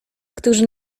którzy